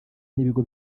n’ibigo